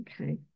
okay